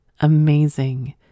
amazing